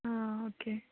okay